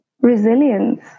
resilience